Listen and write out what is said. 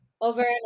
over